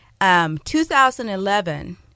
2011